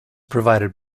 provided